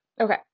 okay